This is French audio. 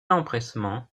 empressement